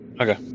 Okay